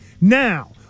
Now